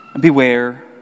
beware